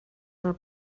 del